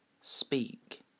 speak